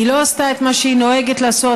היא לא עשתה את מה שהיא נוהגת לעשות